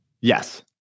yes